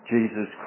Jesus